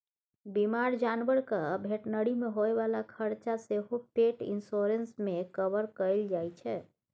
बीमार जानबरक भेटनरी मे होइ बला खरचा सेहो पेट इन्स्योरेन्स मे कवर कएल जाइ छै